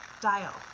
dial